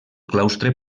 claustre